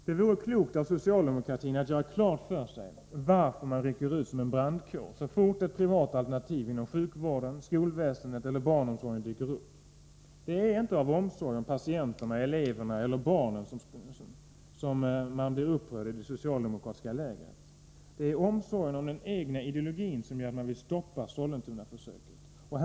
Det vore klokt av socialdemokraterna att göra klart för sig varför man rycker ut som en brandkår så snart ett privat alternativ inom sjukvården, skolväsendet eller barnomsorgen dyker upp. Det är inte av omsorg om patienterna, eleverna eller barnen som man i det socialdemokratiska lägret blir upprörd. Det är omsorgen om den egna ideologin som gör att man vill stoppa Sollentunaförsöket.